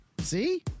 See